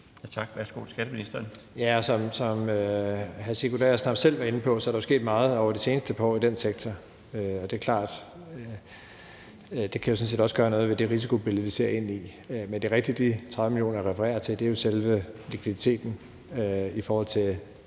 Kl. 17:42 Skatteministeren (Jeppe Bruus): Ja, som hr. Sigurd Agersnap selv var inde på, er der jo sket meget over de seneste par år i den sektor. Det er klart, at det sådan set også kan gøre noget ved det risikobillede, vi ser ind i. Men det er rigtigt, at de 30 mio. kr., jeg refererer til, er selve likviditeten i forhold til